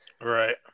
Right